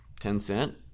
Tencent